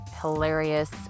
hilarious